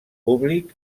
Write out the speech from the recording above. públic